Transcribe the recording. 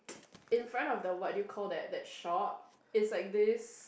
in front of the what do you call that that shop it's like this